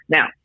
Now